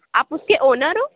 آپ اُس کے اونر ہو